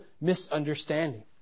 misunderstanding